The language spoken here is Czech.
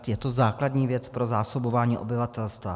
Je to základní věc pro zásobování obyvatelstva.